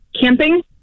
camping